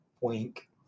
Wink